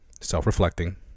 self-reflecting